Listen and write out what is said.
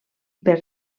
per